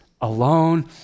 alone